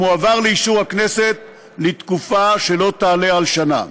המועבר לאישור הכנסת, לתקופה שלא תעלה על שנה.